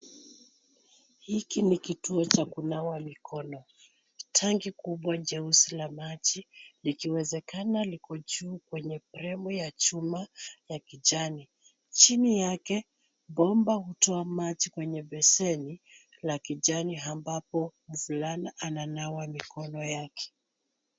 Hiki ni kituo cha kunawa mikono. Tanki kubwa jeusi la machi likiwezekana liko chuu kwenye premu ya chuma, ya kichani. Chini yake bomba hutoa maji kwenye beseni la kijani hambapo mvulana ananawa mikono yake.